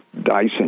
Dyson